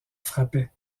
frappait